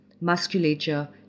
musculature